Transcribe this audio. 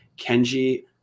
Kenji